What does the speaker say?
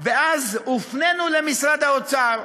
ואז הופנינו למשרד האוצר.